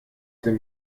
dem